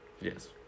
Yes